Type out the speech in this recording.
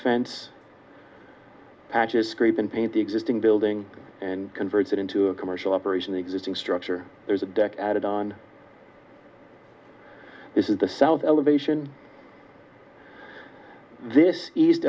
fence patches creep and paint the existing building and converts it into a commercial operation the existing structure there's a deck added on this is the south elevation this eas